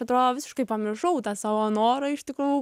atrodo visiškai pamiršau tą savo norą iš tikrųjų